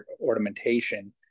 ornamentation